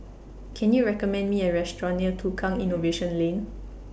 Can YOU recommend Me A Restaurant near Tukang Innovation Lane